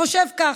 חושב כך.